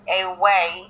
away